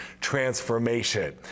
transformation